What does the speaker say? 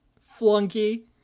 Flunky